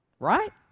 Right